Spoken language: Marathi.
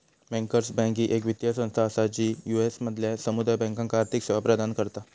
बँकर्स बँक ही येक वित्तीय संस्था असा जी यू.एस मधल्या समुदाय बँकांका आर्थिक सेवा प्रदान करता